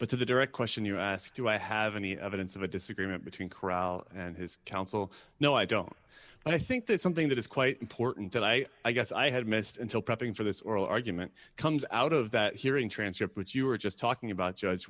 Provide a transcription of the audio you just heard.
but to the direct question you ask do i have any evidence of a disagreement between chorale and his counsel no i don't but i think that something that is quite important that i guess i had missed until prepping for this oral argument comes out of that hearing transcript which you were just talking about judge